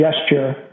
Gesture